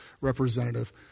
representative